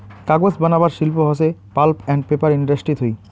কাগজ বানাবার শিল্প হসে পাল্প আন্ড পেপার ইন্ডাস্ট্রি থুই